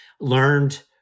learned